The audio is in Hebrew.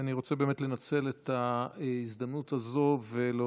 אני רוצה באמת לנצל את ההזדמנות הזו ולהודות,